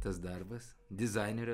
tas darbas dizainerio